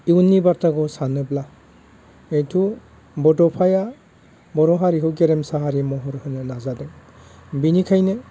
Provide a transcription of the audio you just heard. इयुननि बाथ्राखौ सानोब्ला हेथु बड'फाया बर' हारिखौ गेरेमसा हारि महर होनो नाजादों बिनिखायनो